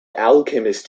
alchemist